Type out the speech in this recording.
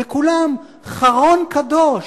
וכולם חרון קדוש.